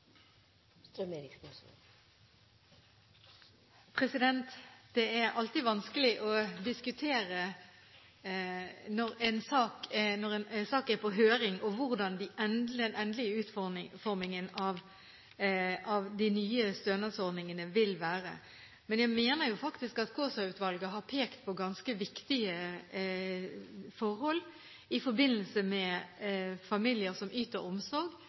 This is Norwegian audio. Det er alltid vanskelig å diskutere hvordan den endelige utformingen av de nye stønadsordningene vil bli når saken er på høring. Men jeg mener faktisk at Kaasa-utvalget har pekt på ganske viktige forhold i forbindelse med familier som yter omsorg